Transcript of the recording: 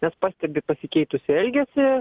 nes pastebi pasikeitusį elgesį